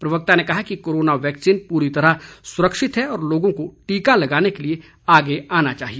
प्रवक्ता ने कहा है कि कोरोना वैक्सीन पूरी तरह सुरक्षित है और लागों को टीका लगाने के लिए आगे आना चाहिए